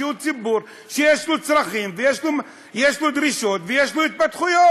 שהוא ציבור שיש לו צרכים ויש לו דרישות ויש לו התפתחויות.